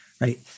right